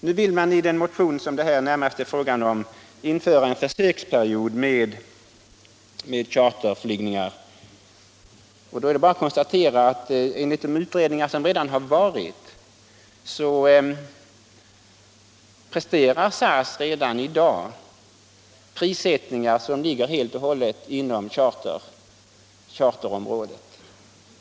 Nu vill man i den aktuella motionen införa en försöksperiod med charterflygningar. Det är då bara att konstatera att SAS enligt gjorda utredningar redan i dag presterar prissättningar som helt ligger inom ramen för vad som gäller inom charterområdet.